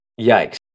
yikes